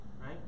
right